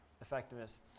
effectiveness